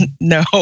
no